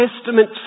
Testament